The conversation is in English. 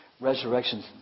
Resurrection